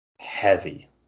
heavy